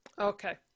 Okay